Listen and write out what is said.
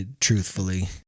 truthfully